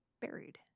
buried